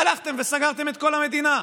הלכתם וסגרתם את כל המדינה.